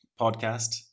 podcast